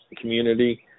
community